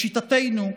לשיטתנו,